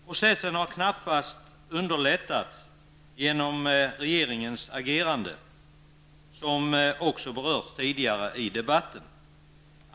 Processen har knappast underlättats genom regeringens agerande, vilket också nämnts tidigare i debatten.